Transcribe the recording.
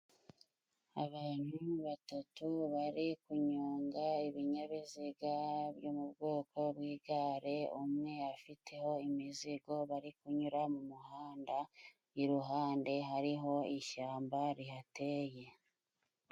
Abantu batatu bari kunyonga ibinyabiziga byo mubwoko bw'igare, umwe afiteho imizigo, bari kunyura mu muhanda iruhande hariho ishyamba rihateye.